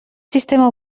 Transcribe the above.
sistema